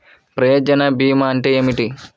ప్రయోజన భీమా అంటే ఏమిటి?